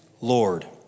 Lord